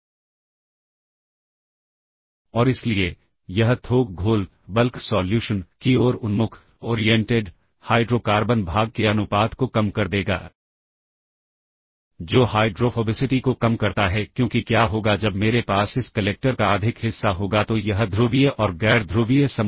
तो यहां पर हमें कुछ बातों का खास ध्यान रखना होगा जैसे की कॉल इंस्ट्रक्शन रिटर्न ऐड्रेस 2 के मेमोरी लोकेशन पर स्टैक प्वाइंटर के पॉइंट करने से पहले ही आ जाए मतलब हमें स्टैक प्वाइंटर को सही जगह पहुंचाना है वह भी कॉल इंस्ट्रक्शन के इस्तेमाल से पहले